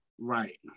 Right